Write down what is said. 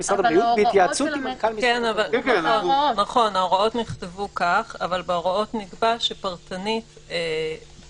אנו נבחן את זה בבואנו לאשר בפעם הבאה